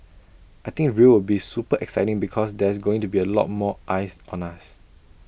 I think Rio will be super exciting because there's going to be A lot more eyes on us